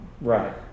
Right